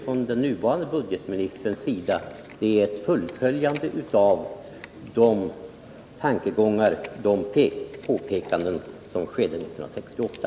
Vad den nuvarande budgetministern gör är ett fullföljande av de påpekanden som gjordes 1968.